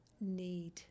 need